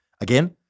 again